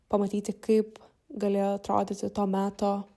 pamatyti kaip galėjo atrodyti to meto